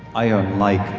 iron-like.